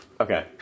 Okay